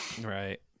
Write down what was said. Right